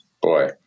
boy